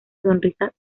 sonrisa